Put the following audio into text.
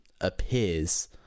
appears